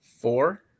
four